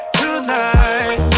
tonight